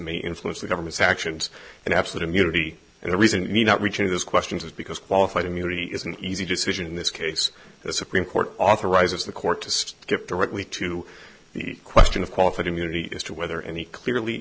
influence the government's actions and absolute immunity and the reason it may not reaching those questions is because qualified immunity is an easy decision in this case the supreme court authorizes the court to get directly to the question of qualified immunity as to whether any clearly